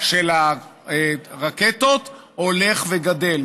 של הרקטות הולך וגדל.